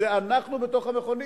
זה אנחנו בתוך המכונית.